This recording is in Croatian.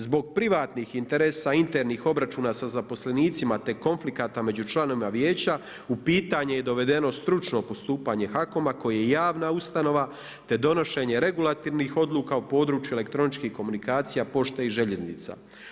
Zbog privatnih interesa, internih obračuna sa zaposlenicima te konflikata među članovima Vijeća u pitanje je dovedeno stručno postupanje HAKOM-a koje je javna ustanova te donošenje regulatornih odluka u području elektroničkih komunikacija, pošte i željeznica.